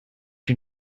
you